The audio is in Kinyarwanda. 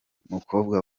umukobwa